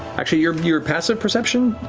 actually, your your passive perception,